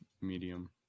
Medium